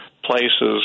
places